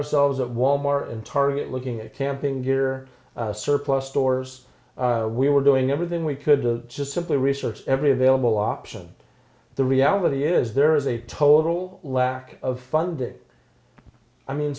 ourselves at wal mart and target looking at camping gear surplus stores we were doing everything we could to just simply research every available option the reality is there is a total lack of funding i mean